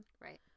Right